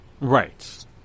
right